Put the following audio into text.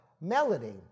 melody